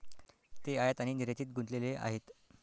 ते आयात आणि निर्यातीत गुंतलेले आहेत